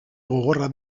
gogorra